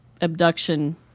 abduction